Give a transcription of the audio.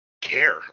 care